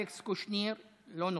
אלכס קושניר, לא נוכח.